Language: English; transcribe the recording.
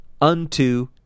unto